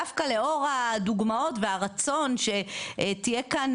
דווקא לאור הדוגמאות והרצון שתהיה כאן